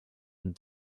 and